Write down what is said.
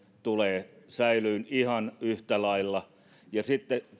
tulee säilymään ihan yhtä lailla sitten